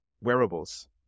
wearables